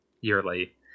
yearly